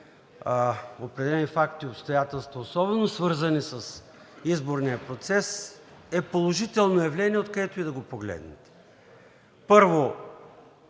определени факти и обстоятелства, свързани особено с изборния процес, са положително явление, откъдето и да го погледнете. Първо,